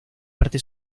parte